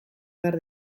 behar